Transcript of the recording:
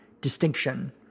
distinction